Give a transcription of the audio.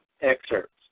excerpts